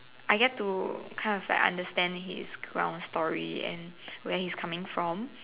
I get to kind of like understand his ground story and where he's coming from